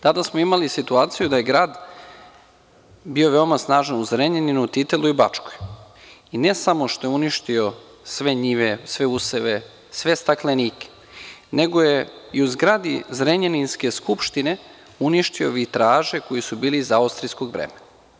Tada smo imali situaciju da je grad bio veoma snažan u Zrenjaninu, Titelu i Bačkoj i ne samo što je uništio sve njive, sve useve, sve staklenike, nego je u zgradi Zrenjaninske skupštine uništio vitraže koji su bili iz austrijskog vremena.